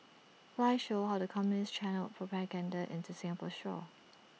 files show how the communists channelled propaganda into Singapore's shores